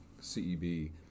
CEB